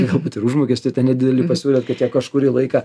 galbūt ir užmokestį tą nedidelį pasiūlyt kad jie kažkurį laiką